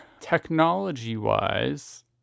Technology-wise